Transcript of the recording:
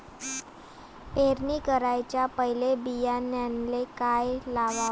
पेरणी कराच्या पयले बियान्याले का लावाव?